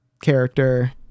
character